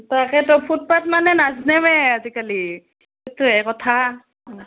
তাকেতো ফুটপাথ মানে নাজনোৱে আজিকালি সেইটোৱে কথা